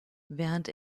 während